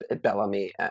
bellamy